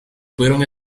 pudieron